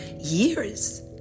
years